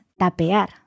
tapear